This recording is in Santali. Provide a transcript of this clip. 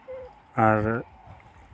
ᱟᱨ